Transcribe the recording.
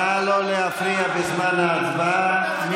נא לא להפריע בזמן ההצבעה.